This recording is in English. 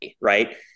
right